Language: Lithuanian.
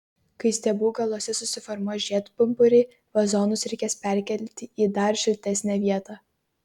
kai stiebų galuose susiformuos žiedpumpuriai vazonus reikės perkelti į dar šiltesnę vietą